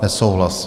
Nesouhlas.